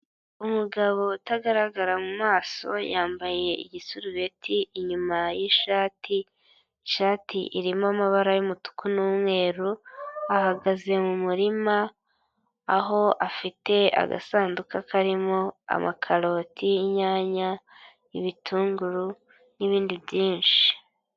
Umugabo utagaragara mu maso yambaye igisurubeti inyuma y'ishati, ishati irimo amabara y'umutuku n'umweru, ahagaze mu murima aho afite agasanduku karimo: amakaroti, inyanya, ibitunguru n'ibindi byinshi.